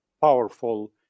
powerful